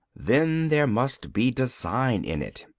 then there must be design in it,